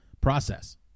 process